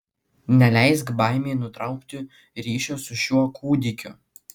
neleisk baimei nutraukti ryšio su šiuo kūdikiu